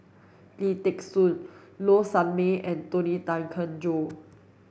Lim Thean Soo Low Sanmay and Tony Tan Keng Joo